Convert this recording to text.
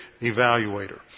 evaluator